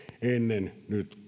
ennen nyt